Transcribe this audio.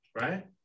right